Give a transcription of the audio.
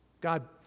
God